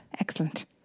Excellent